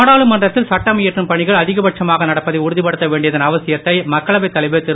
நாடாளுமன்றத்தில் சட்டமியற்றும் பணிகள் அதிகபட்சமாக நடப்பதை உறுதிப்படுத்த வேண்டியதன் அவசியத்தை மக்களவை தலைவர் திரு